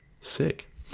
sick